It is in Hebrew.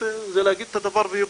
זה להגיד דבר והיפוכו.